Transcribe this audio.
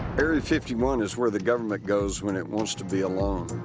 area fifty one is where the government goes when it wants to be alone.